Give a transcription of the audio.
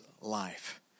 life